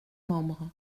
membres